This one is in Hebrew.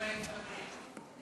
גברתי היושבת-ראש,